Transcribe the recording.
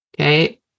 Okay